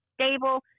stable